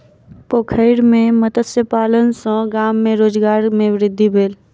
पोखैर में मत्स्य पालन सॅ गाम में रोजगार में वृद्धि भेल